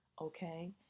Okay